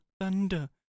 Thunder